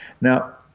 Now